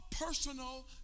personal